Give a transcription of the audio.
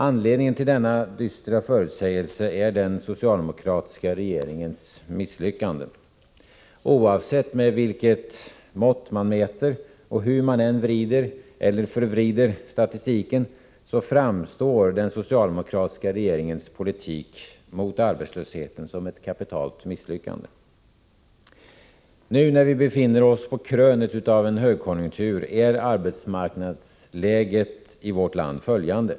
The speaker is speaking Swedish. Anledningen till denna dystra förutsägelse är den socialdemokratiska regeringens misslyckande. Oavsett med vilket mått man mäter och oavsett hur man vrider, eller förvrider, statistiken, framstår den socialdemokratiska regeringens politik mot arbetslösheten som ett kapitalt misslyckande. Nu när vi befinner oss på krönet av en högkonjunktur är arbetsmarknadsläget i vårt land detta: 1.